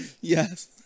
Yes